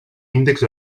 índex